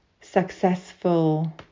successful